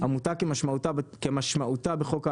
עמותה כמשמעותה בחוק העמותות,